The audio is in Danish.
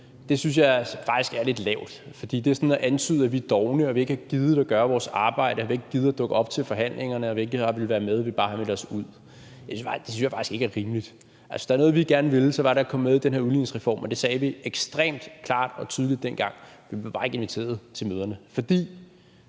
synes jeg faktisk er lidt lavt, fordi det sådan er at antyde, at vi er dovne, at vi ikke har gidet at gøre vores arbejde, at vi ikke har gidet at dukke op til forhandlingerne, at vi ikke har villet være med, og at vi bare har meldt os ud. Det synes jeg faktisk ikke er rimeligt. Hvis der var noget, vi gerne ville, var det at komme med i den her udligningsreform, og det sagde vi ekstremt klart og tydeligt dengang. Vi blev bare ikke inviteret til møderne, fordi